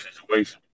situation